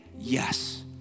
yes